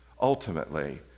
ultimately